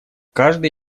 каждый